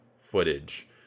footage